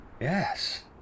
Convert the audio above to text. yes